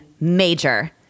major